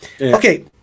Okay